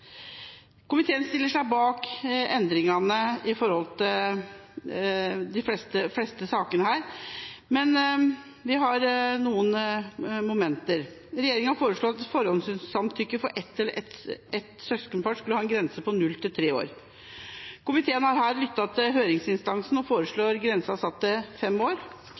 Komiteen stiller seg bak endringene i de fleste sakene her, men vi har noen momenter. Regjeringa foreslo at forhåndssamtykke for ett barn eller ett søskenpar skulle ha en grense på null til tre år. Komiteen har her lyttet til høringsinstansene og foreslår grensa satt til fem år.